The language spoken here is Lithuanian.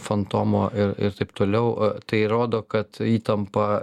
fantomo ir ir taip toliau tai rodo kad įtampa